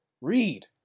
Read